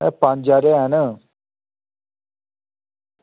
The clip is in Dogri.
ओह् पंज हारे हैन न